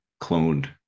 cloned